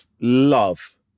love